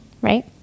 right